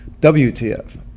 WTF